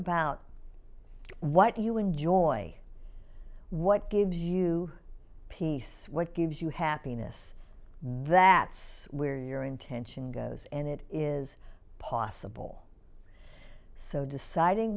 about what you enjoy what gives you peace what gives you happiness that is where your intention goes and it is possible so deciding